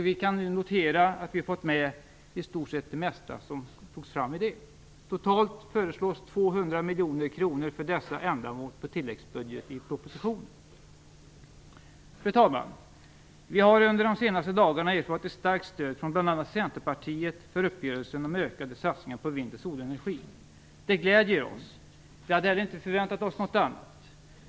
Vi kan nu notera att vi fått med det mesta som togs fram i den. Totalt föreslås 200 miljoner kronor till dessa ändamål i tilläggsbudgeten i propositionen. Fru talman! Vi har under de senaste dagarna erfarit ett starkt stöd från bl.a. Centerpartiet för uppgörelsen om ökade satsningar på vind och solenergi. Det gläder oss. Vi hade inte heller förväntat oss något annat.